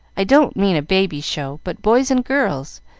i don't mean a baby show, but boys and girls,